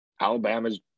Alabama's